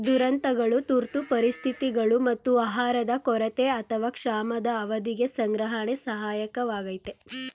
ದುರಂತಗಳು ತುರ್ತು ಪರಿಸ್ಥಿತಿಗಳು ಮತ್ತು ಆಹಾರದ ಕೊರತೆ ಅಥವಾ ಕ್ಷಾಮದ ಅವಧಿಗೆ ಸಂಗ್ರಹಣೆ ಸಹಾಯಕವಾಗಯ್ತೆ